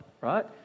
right